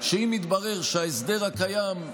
שאם יתברר שההסדר הקיים,